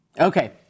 Okay